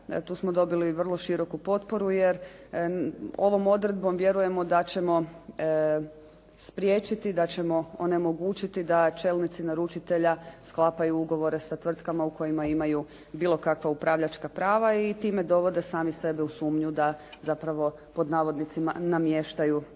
Tu smo dobili vrlo široku potporu jer ovom odredbom vjerujemo da ćemo spriječiti, da ćemo onemogućiti da čelnici naručitelja sklapaju ugovore u kojima imaju bilo kakva upravljačka prava i time dovode sami sebe u sumnju da zapravo "namještaju" poslove.